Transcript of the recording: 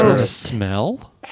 smell